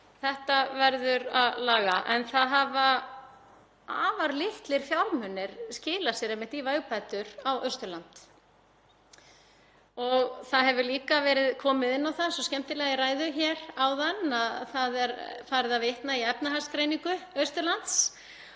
þetta verður að laga. En það hafa afar litlir fjármunir skilað sér í vegbætur á Austurlandi. Það hefur líka verið komið inn á það svo skemmtilega í ræðu áðan að það er farið að vitna í efnahagsgreiningu Austurlands